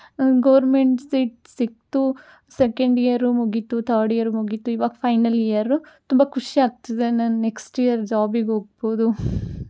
government seat ಸಿಕ್ತು second year ಮುಗೀತು third year ಮುಗೀತು ಇವಾಗ ಫೈನಲ್ ಇಯರು ತುಂಬ ಖುಷಿಯಾಗ್ತಿದೆ ನಾನು ನೆಕ್ಸ್ಟ್ ಇಯರ್ ಜಾಬಿಗೆ ಹೋಗ್ಬೋದು